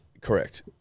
Correct